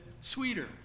sweeter